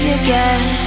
again